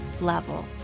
level